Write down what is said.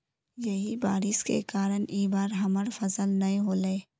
यही बारिश के कारण इ बार हमर फसल नय होले?